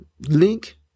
link